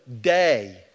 day